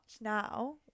now